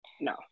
No